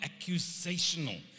accusational